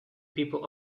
people